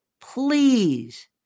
please